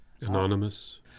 Anonymous